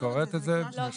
את קוראת את זה מושלם --- לא,